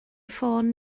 ffôn